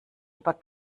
über